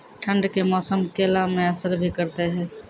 ठंड के मौसम केला मैं असर भी करते हैं?